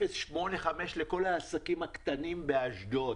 0.85 לכל העסקים הקטנים באשדוד.